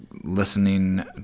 listening